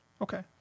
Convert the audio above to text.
Okay